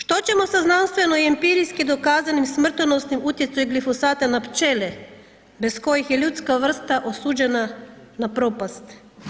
Što ćemo sa znanstveno empirijski dokazanim smrtonosnim utjecaju glifosatu na pčele bez kojih je ljudska vrsta osuđena na propast.